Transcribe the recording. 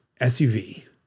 SUV